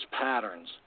patterns